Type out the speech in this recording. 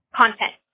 content